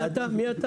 מי אתה?